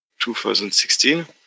2016